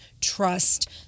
trust